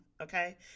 Okay